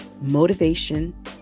motivation